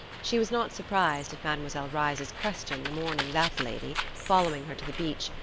she was not surprised at mademoiselle reisz's question the morning that lady, following her to the beach,